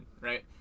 right